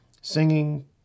singing